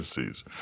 agencies